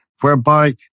whereby